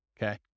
Okay